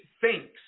thinks